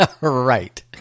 right